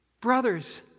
Brothers